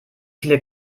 viele